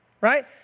right